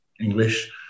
English